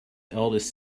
eldest